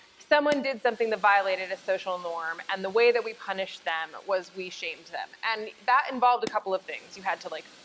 someone did something that violated a social norm and the way that we punish them was we shamed them. and that involved a couple of things. you had to, like,